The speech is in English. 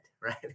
right